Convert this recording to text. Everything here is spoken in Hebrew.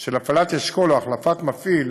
של הפעלת אשכול או החלפת מפעיל